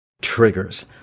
Triggers